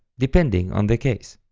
depending on the case.